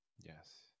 Yes